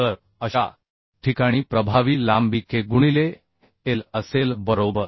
तर अशा ठिकाणी प्रभावी लांबी K गुणिले L असेल बरोबर